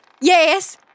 yes